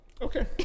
Okay